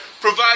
provide